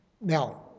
Now